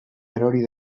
erori